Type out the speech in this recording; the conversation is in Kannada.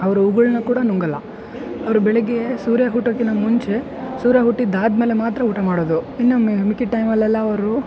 ಅವ್ರು ಉಗುಳನ್ನ ಕೂಡ ನುಂಗೊಲ್ಲ ಅವ್ರು ಬೆಳಿಗ್ಗೆ ಸೂರ್ಯ ಹುಟ್ಟೋಕಿಂತ ಮುಂಚೆ ಸೂರ್ಯ ಹುಟ್ಟಿದ ಆದಮೇಲೆ ಮಾತ್ರ ಊಟ ಮಾಡೋದು ಇನ್ನು ಮಿಕ್ಕಿದ ಟೈಮಲೆಲ್ಲ ಅವರು